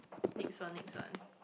next one next one